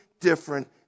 different